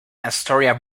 astoria